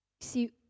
See